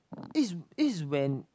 it's it's when